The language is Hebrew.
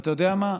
ואתה יודע מה?